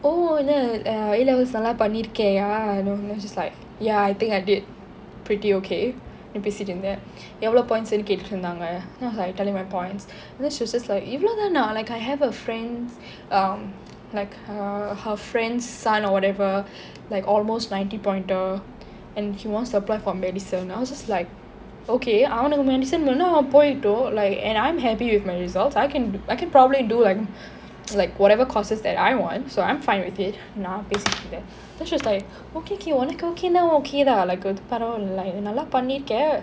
oh A levels நல்லா பண்ணிருக்கியா:nallaa pannirukkiya then I was just like ya I think I did pretty okay ன்னு பேசிட்டு இருந்தேன் எவளோ:nnu pesittu irunthen yevalo points ன்னு கேட்டுட்டு இருந்தாங்க:nnu kettuttu irunthaanga then I was like telling my points then she was just like இவ்லோ தானா:ivalo thaana like I have a friend um like err her friend's son or whatever like almost ninety pointer and he wants to apply for medicine I was just like okay அவனுக்கு:avanukku medicine வேணும்னா அவன் போகட்டும்:venumna avan pogattum and I'm happy with my results I can I can probably do like whatever courses I want so I'm fine with it ya so basically that then she was like okay okay உனக்கு:unakku okay nah okay தான் நல்ல பண்ணிருக்கே:thaan nalla pannirukke